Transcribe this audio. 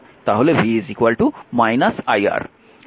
এর অর্থ কিছুটা এই রকম